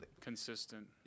consistent